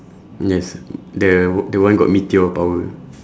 yes the the one got meteor power